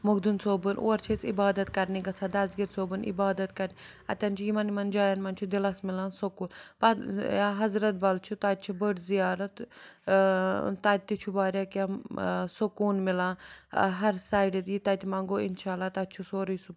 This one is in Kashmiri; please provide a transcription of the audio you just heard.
مخدُن صٲبُن اور چھِ أسۍ عبادت کَرنہِ گژھان دَسگیٖر صٲبُن عبادت کَرنہِ اَتٮ۪ن چھُ یِمَن یِمَن جایَن منٛز چھُ دِلَس مِلان سکوٗن پَتہٕ یا حضرت بَل چھِ تَتہِ چھِ بٔڑ زِیارت تَتہِ تہِ چھُ واریاہ کیٚنٛہہ سکوٗن مِلان ہر سایڈٕ یہِ تَتہِ منٛگو اِنشاء اللہ تَتہِ چھُ سورُے سُہ